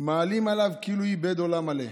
מעלים עליו כאילו איבד עולם מלא,